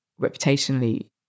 reputationally